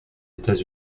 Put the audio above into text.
états